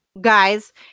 guys